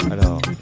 Alors